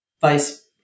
vice